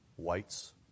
whites